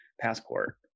passport